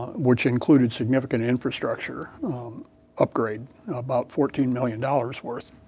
which included significant infrastructure upgrade about fourteen million dollars worth,